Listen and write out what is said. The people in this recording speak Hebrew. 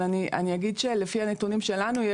אבל אני אגיד שלפי הנתונים שלנו,